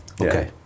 Okay